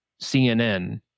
CNN